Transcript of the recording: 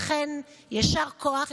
לכן, יישר כוח.